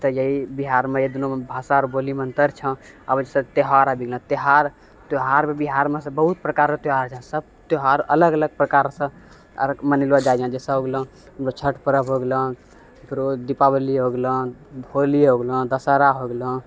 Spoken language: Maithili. तऽ यही बिहारमे यही दुनूमे भाषा आओर बोलीमे अन्तर छौँ आब जैसे त्यौहार त्योहार त्योहार भी बिहारमे सभ बहुत प्रकारके त्यौहार छौँ सभत्यौहार अलग अलग प्रकारसँ मनेलो जाइ छौँ जैसे हो गेलौँ छठि पर्व हो गेलौँ फेरो दीपावली हो गेलौँ होली हो गेलौँ दशहरा हो गेलौँ